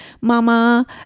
mama